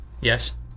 Yes